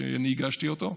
שאני הגשתי אותו,